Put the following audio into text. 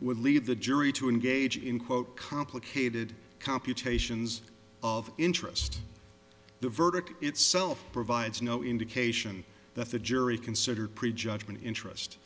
would lead the jury to engage in quote complicated computations of interest the verdict itself provides no indication that the jury considered pre judgment interest